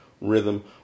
rhythm